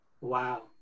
Wow